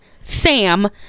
Sam